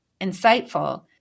insightful